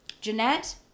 Jeanette